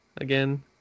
Again